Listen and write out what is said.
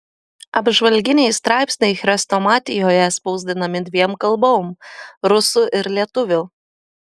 apžvalginiai straipsniai chrestomatijoje spausdinami dviem kalbom rusų ir lietuvių